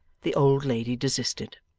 the old lady desisted.